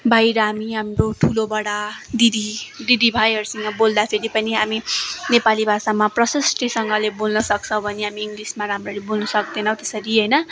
बाहिर हामी हाम्रो ठुलो बढा दिदी दिदी भाइहरूसँग बोल्दाखेरि पनि हामी नेपाली भाषा प्रशिष्टिसँगले बोल्न सक्छौँ भने हामी इङ्लिसमा हामी राम्ररी बोल्न सक्दैनौँ त्यसरी होइन